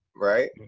right